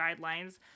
guidelines